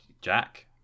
Jack